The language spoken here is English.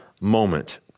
moment